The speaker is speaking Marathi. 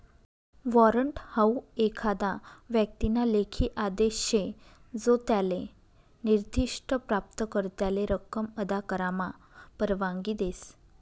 वॉरंट हाऊ एखादा व्यक्तीना लेखी आदेश शे जो त्याले निर्दिष्ठ प्राप्तकर्त्याले रक्कम अदा करामा परवानगी देस